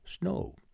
snow